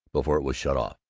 before it was shut off.